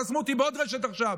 חסמו אותי בעוד רשת עכשיו.